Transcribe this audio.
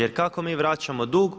Jer kako mi vraćamo dug?